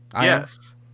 Yes